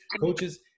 Coaches